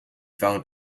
found